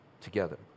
together